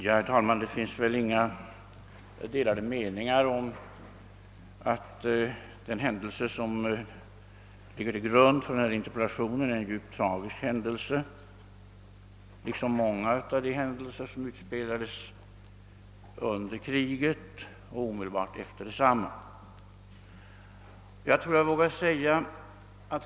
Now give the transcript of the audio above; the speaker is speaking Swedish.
Herr talman! Det råder väl inga delade meningar om att den händelse, som ligger till grund för denna interpellation, är djupt tragisk, liksom många av de händelser som utspelades under kriget och omedelbart efter detsamma.